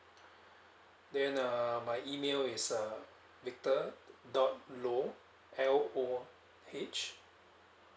then err my email is uh victor dot loh L O H